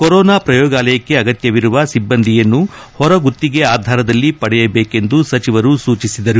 corona ಪ್ರಯೋಗಾಲಯಕ್ಕೆ ಅಗತ್ಯವಿರುವ ಸಿಬ್ಬಂದಿಯನ್ನು ಹೊರಗುತ್ತಿಗೆ ಆಧಾರದಲ್ಲಿ ಪಡೆಯಬೇಕೆಂದು ಸಚಿವರು ಸ್ರಚಿಸಿದರು